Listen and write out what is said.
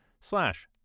slash